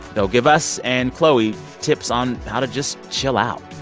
they'll give us and chloe tips on how to just chill out.